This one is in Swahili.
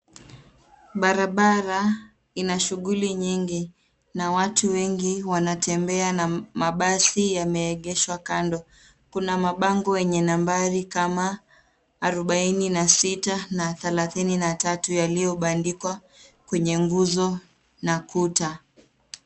Barabara ina shughuli nyingi na watu wengi wanatembea na mabasi yameegeshwa. Kuna mabango yenye nambari kama arobaini na sita na thelathini na tatu yaliyobandikwa kwenye nguzo na kuta.